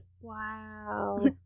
Wow